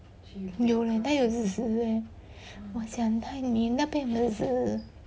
有叻他有滋滋滋我想你那边有没有滋滋滋